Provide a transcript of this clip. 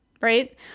right